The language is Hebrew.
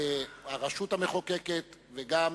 כרשות המחוקקת וגם